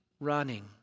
running